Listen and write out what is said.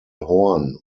horn